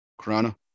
Corona